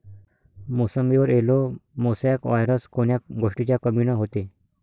मोसंबीवर yellow mosaic virus कोन्या गोष्टीच्या कमीनं होते?